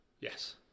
Yes